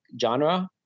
genre